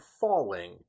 falling